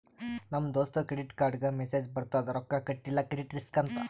ನಮ್ ದೋಸ್ತಗ್ ಕ್ರೆಡಿಟ್ ಕಾರ್ಡ್ಗ ಮೆಸ್ಸೇಜ್ ಬರ್ತುದ್ ರೊಕ್ಕಾ ಕಟಿಲ್ಲ ಕ್ರೆಡಿಟ್ ರಿಸ್ಕ್ ಅಂತ್